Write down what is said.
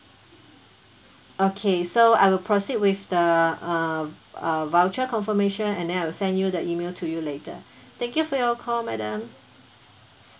okay so I will proceed with the uh uh voucher confirmation and then I will send you the email to you later thank you for your call madam